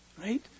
right